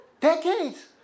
decades